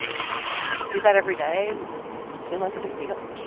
to do that every day must feel like a big deal